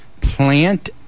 Plant